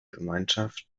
gemeinschaft